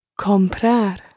Comprar